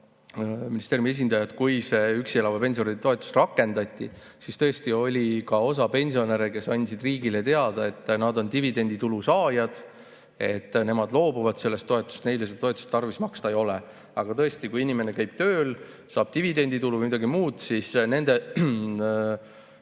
ka ministeeriumi esindajad. Kui see üksi elava pensionäri toetus rakendati, siis tõesti oli osa pensionäre, kes andsid riigile teada, et nad on dividenditulu saajad, nemad loobuvad sellest toetusest, neile seda toetust tarvis maksta ei ole. Tõesti, kui inimene käib tööl, saab dividenditulu või midagi muud, siis nende